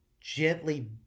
gently